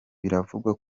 biravugwa